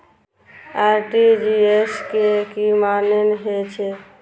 RTGS के की मानें हे छे?